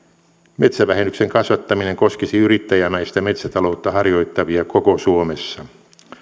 metsävähennyksen kasvattaminen koskisi yrittäjämäistä metsätaloutta harjoittavia koko suomessa